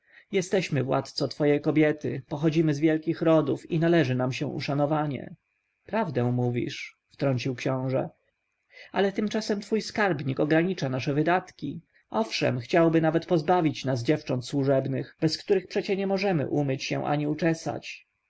jesteśmy władco twoje kobiety pochodzimy z wielkich rodów i należy nam się uszanowanie prawdę mówisz wtrącił książę ale tymczasem twój skarbnik ogranicza nasze wydatki owszem chciałby nawet pozbawić nas dziewcząt służebnych bez których przecie nie możemy umyć się ani uczesać